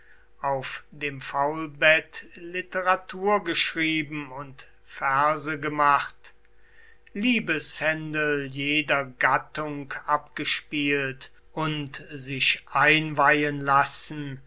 auf dem faulbett literatur getrieben und verse gemacht liebeshändel jeder gattung abgespielt und sich einweihen lassen